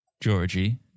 Georgie